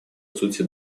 сути